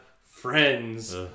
Friends